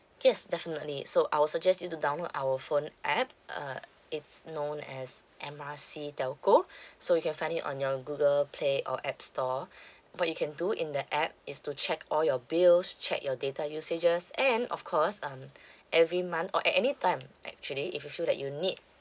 yes definitely so I'll suggest you to download our phone app uh it's known as M R C telco so you can find it on your google play or app store what you can do in the app is to check all your bills check your data usages and of course um every month or a~ any time actually if you feel like you need